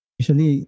usually